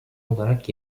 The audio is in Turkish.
olarak